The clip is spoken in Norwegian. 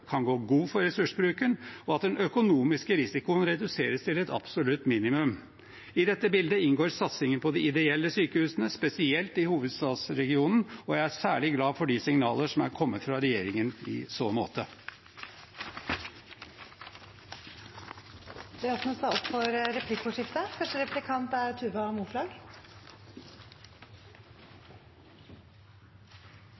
kan gå god for ressursbruken, og at den økonomiske risikoen reduseres til et absolutt minimum. I dette bildet inngår satsingen på de ideelle sykehusene, spesielt i hovedstadsregionen, og jeg er særlig glad for de signalene som er kommet fra regjeringen i så måte. Det blir replikkordskifte. Dette er nok et budsjett med kronisk underfinansiering av sykehusene. Sykehusbudsjettet gir ikke rom for